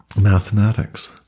mathematics